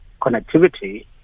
connectivity